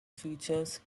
features